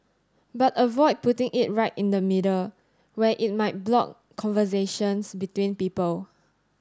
but avoid putting it right in the middle where it might block conversations between people